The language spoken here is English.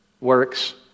works